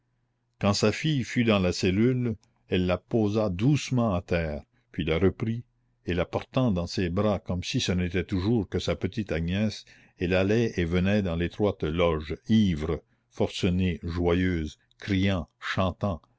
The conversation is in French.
quand sa fille fut dans la cellule elle la posa doucement à terre puis la reprit et la portant dans ses bras comme si ce n'était toujours que sa petite agnès elle allait et venait dans l'étroite loge ivre forcenée joyeuse criant chantant